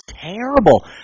terrible